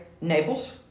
Naples